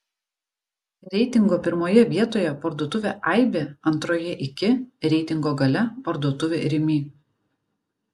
reitingo pirmoje vietoje parduotuvė aibė antroje iki reitingo gale parduotuvė rimi